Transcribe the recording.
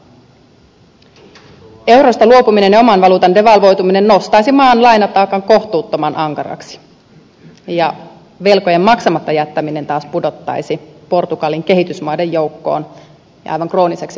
eurosta luopuminen ja oman valuutan devalvoituminen nostaisi maan lainataakan kohtuuttoman ankaraksi ja velkojen maksamatta jättäminen taas pudottaisi portugalin kehitysmaiden joukkoon ja aivan krooniseksi avuntarvitsijaksi